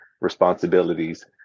responsibilities